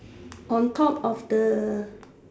on top of the